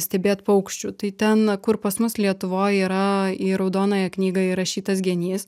stebėt paukščių tai ten kur pas mus lietuvoj yra į raudonąją knygą įrašytas genys